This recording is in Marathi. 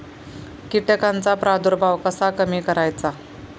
कीटकांचा प्रादुर्भाव कसा कमी करायचा?